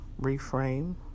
reframe